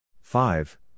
Five